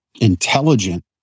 intelligent